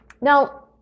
now